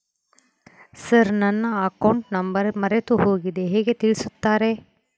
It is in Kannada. ಸರ್ ನನ್ನ ಅಕೌಂಟ್ ನಂಬರ್ ಮರೆತುಹೋಗಿದೆ ಹೇಗೆ ತಿಳಿಸುತ್ತಾರೆ?